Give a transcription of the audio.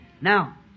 Now